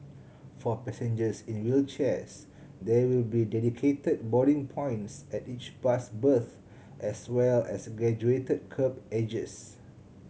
for passengers in wheelchairs there will be dedicated boarding points at each bus berth as well as graduated kerb edges